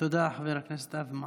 תודה, חבר הכנסת אבי מעוז.